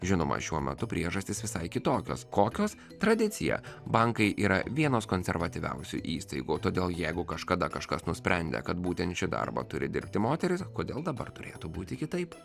žinoma šiuo metu priežastys visai kitokios kokios tradicija bankai yra vienos konservatyviausių įstaigų todėl jeigu kažkada kažkas nusprendė kad būtent šį darbą turi dirbti moterys kodėl dabar turėtų būti kitaip